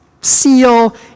seal